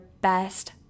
best